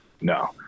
No